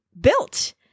built